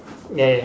ya ya